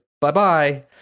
bye-bye